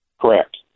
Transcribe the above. Correct